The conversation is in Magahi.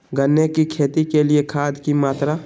गन्ने की खेती के लिए खाद की मात्रा?